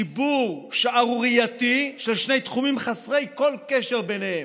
חיבור שערורייתי של שני תחומים חסרי כל קשר ביניהם.